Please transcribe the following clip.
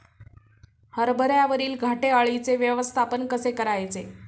हरभऱ्यावरील घाटे अळीचे व्यवस्थापन कसे करायचे?